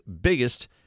biggest